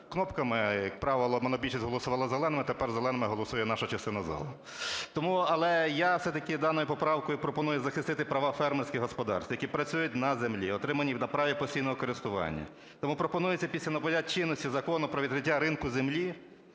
кнопками: як правило монобільшість голосувала зеленими, тепер зеленими голосує наша частина залу. Але я все-таки даною поправкою пропоную захистити права фермерських господарств, які працюють на землі, отриманій на праві постійного користування. Тому пропонується після набуття чинності Закону про відкриття ринку землі